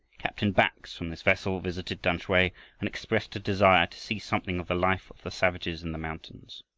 captain bax from this vessel visited tamsui, and expressed a desire to see something of the life of the savages in the mountains.